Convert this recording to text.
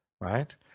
right